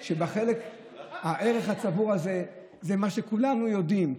שהערך הצבור הזה זה מה שכולנו יודעים,